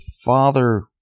father